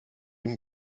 ihm